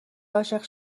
عاشق